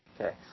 Okay